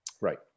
Right